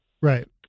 Right